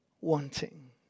wanting